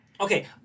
Okay